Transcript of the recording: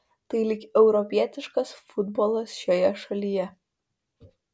tai lyg europietiškas futbolas šioje šalyje